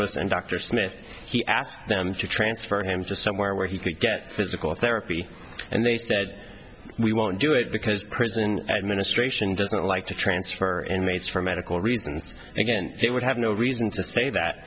dr smith he asked them if you transfer him to somewhere where he could get physical therapy and they said we won't do it because prison administration doesn't like to transfer inmates for medical reasons again they would have no reason to say that